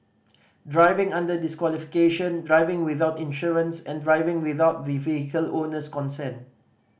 driving under disqualification driving without insurance and driving without the vehicle owner's consent